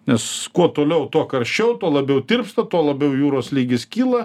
nes kuo toliau tuo karščiau tuo labiau tirpsta tuo labiau jūros lygis kyla